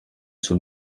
sul